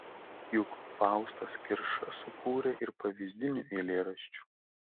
juk faustas kirša sukūrė ir pavyzdinių eilėraščių